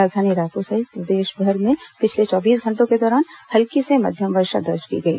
राजधानी रायपुर सहित प्रदेशभर में पिछले चौबीस घंटों के दौरान हल्की से मध्यम वर्षा दर्ज की गई